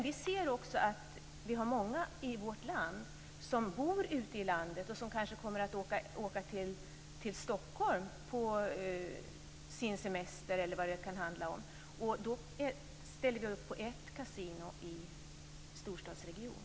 Vi ser också att många som bor ute på landet kommer att åka till Stockholm t.ex. på semester. Vi ställer därför upp på ett kasino i storstadsregion.